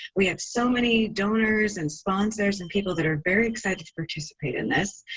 we have so many donors and sponsors and people that are very excited to participate in this.